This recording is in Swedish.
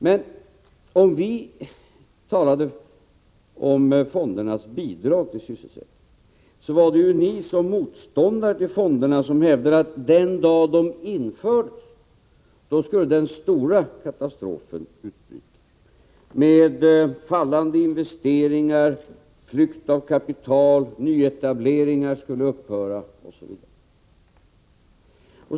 Men om vi talade om fondernas bidrag till sysselsättningen, så hävdade ni som motståndare till fonderna att den dag de infördes skulle den stora katastrofen — fallande investeringar, flykt av kapital, upphörande av nyetableringar, osv. — inträffa.